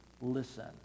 listen